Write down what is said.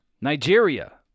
Nigeria